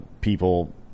people